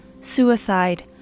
suicide